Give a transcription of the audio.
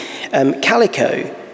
Calico